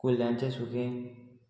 कुल्ल्यांचें सुकें